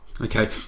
Okay